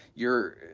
you're,